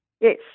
Yes